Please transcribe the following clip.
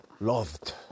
loved